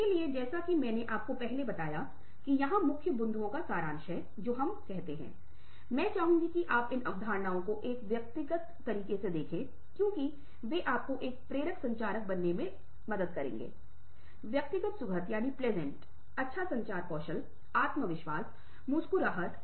इसलिए हमने पहले ही प्रकाश डाला है लेकिन यहां तक कि अकादमिक संदर्भ में भी जब भावनाएं शामिल नहीं होती हैं जहां तथ्य शामिल होते हैं आप सहमत हो सकते हैं आप सहमत नहीं हो सकते हैं आप सराहना कर सकते हैं आप सराहना नहीं कर सकते हैं आप इसके लिए सुनते हैं और जागरूक होते हैं तथ्य यह है कि ये परिवर्तन हैं ये प्रतिक्रियाएं हैं जो आपके दिमाग में हो रही हैं